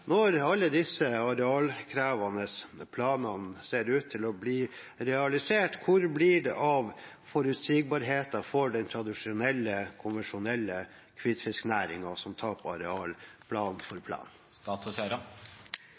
Når alle disse arealkrevende planene ser ut til å bli realisert, hvor blir det av forutsigbarheten for den tradisjonelle, konvensjonelle hvitfisknæringen, som taper arealer plan for plan?